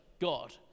God